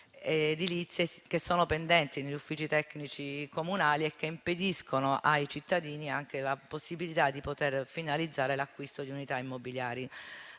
edilizie, che sono pendenti negli uffici tecnici comunali e che impediscono ai cittadini anche la possibilità di finalizzare l'acquisto di unità immobiliari.